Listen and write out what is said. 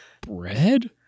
Bread